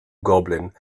goblin